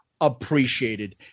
appreciated